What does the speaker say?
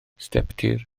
stepdir